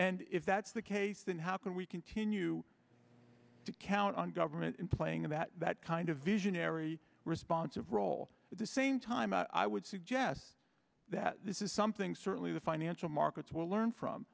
and if that's the case then how can we continue to count on government in playing in that that kind of visionary responsive role at the same time i would suggest that this is something certainly the financial markets will learn